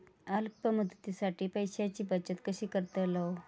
अल्प मुदतीसाठी पैशांची बचत कशी करतलव?